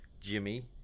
Jimmy